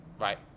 right